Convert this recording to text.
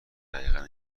دقیقن